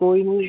कोई निं